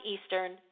Eastern